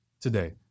today